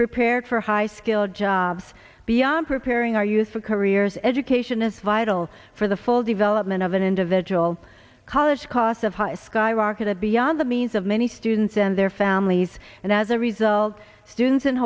prepared for high skilled jobs beyond preparing our youth for careers education is vital for the full development of an individual college costs of high skyrocketed beyond the means of many students and their families and as a result students in